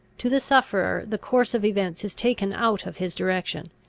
to the sufferer the course of events is taken out of his direction,